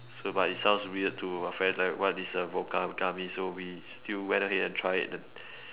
so but it sounds weird to a friend like what is a vodka with gummy so we still went ahead and try it and